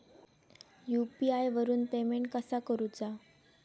UPI वरून payment कसा करूचा?